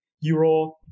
Euro